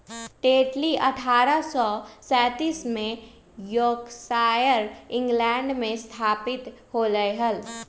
Tetley अठ्ठारह सौ सैंतीस में यॉर्कशायर, इंग्लैंड में स्थापित होलय हल